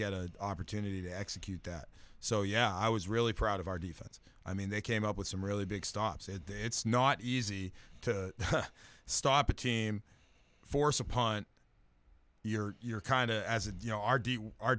get a opportunity to execute that so yeah i was really proud of our defense i mean they came up with some really big stops at the it's not easy to stop a team force a punt you're kind of as if you know our our